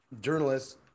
journalists